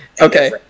Okay